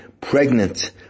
pregnant